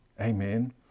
Amen